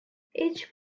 each